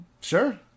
sure